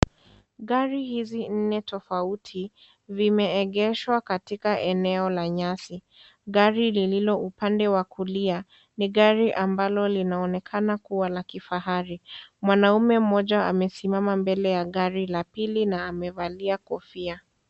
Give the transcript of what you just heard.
Gari hizi nne tofauti vimeegeshwa katika eneo la nyasi, gari lililo upande wa kulia ni gari ambalo linaonekana kuwa la kifahari, mwanaume mmoja amesimama mbele ya gari la pili na amevalia kofia.